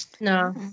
No